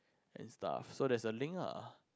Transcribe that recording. and stuff so there's a link ah